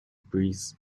breeze